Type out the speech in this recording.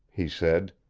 he said.